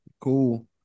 Cool